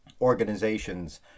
organizations